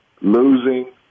losing